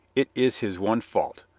it is his one fault.